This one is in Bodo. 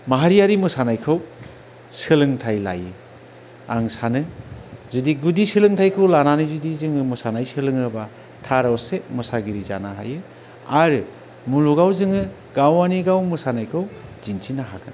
माहारियारि मोसानायखौ सोलोंथाय लायो आं सानो जुदि गुदि सोलोंथायखौ लानानै जुदि जोङो मोसानाय सोलोङोब्ला थार असे मोसागिरि जानो हायो आरो मुलुगाव जोङो गावानि गाव मोसानायखौ दिन्थिनो हागोन